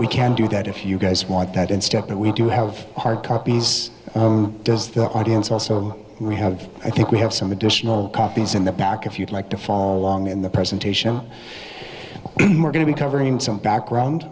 we can do that if you guys want that and step that we do have hard copies does the audience also we have i think we have some additional copies in the back if you'd like to follow along in the presentation we're going to be covering some background